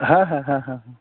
ᱦᱮᱸ ᱦᱮᱸ ᱦᱮᱸ